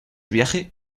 viaje